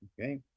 Okay